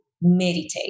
meditate